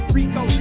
Rico